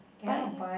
buy